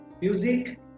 music